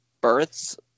births